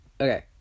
Okay